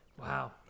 Wow